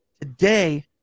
today